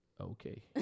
Okay